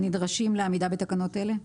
"הנדרשים לעמידה בתקנות אלה"?